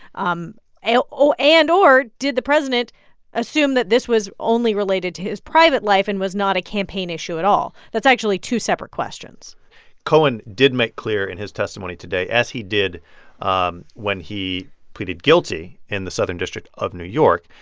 um ah and or did the president assume that this was only related to his private life and was not a campaign issue at all? that's actually two separate questions cohen did make clear in his testimony today, as he did um when he pleaded guilty in the southern district of new york,